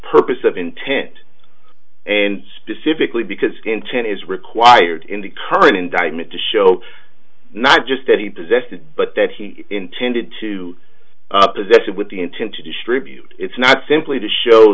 purpose of intent and specifically because intent is required in the current indictment to show not just that he possessed it but that he intended to possess it with the intent to distribute it's not simply to show